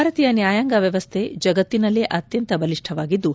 ಭಾರತೀಯ ನ್ಯಾಯಾಂಗ ವ್ಯವಸ್ಥೆ ಜಗತ್ತಿನಲ್ಲೇ ಅತ್ಯಂತ ಬಲಿಷ್ಠವಾಗಿದ್ದು